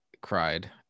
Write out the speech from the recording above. cried